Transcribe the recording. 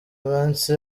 iminsi